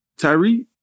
Tyree